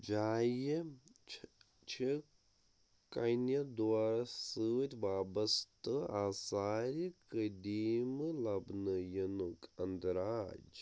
جایہِ چھِ چھِ کنہِ دورس سۭتۍ وابستہٕ آثارِقدیٖمہٕ لبنہٕ یِنُک اِنٛدراج